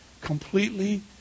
completely